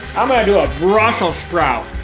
i'm gonna do a brussels sprout.